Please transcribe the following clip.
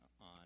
on